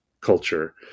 culture